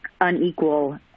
unequal